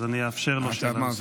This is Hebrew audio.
אז אני אאפשר לו שאלה נוספת.